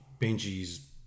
Benji's